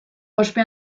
ospe